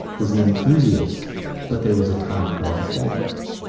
was an enthusiast but there was a time for all things.